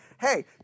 Hey